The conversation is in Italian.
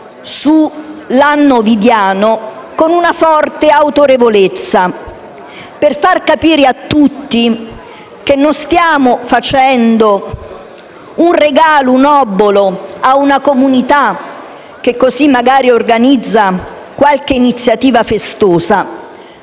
sull'anno ovidiano con forte autorevolezza, per far capire a tutti che non stiamo facendo un regalo o un obolo a una comunità, che così magari organizza qualche iniziativa festosa,